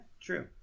True